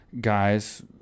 guys